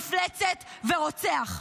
מפלצת ורוצח.